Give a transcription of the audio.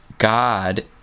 God